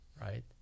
right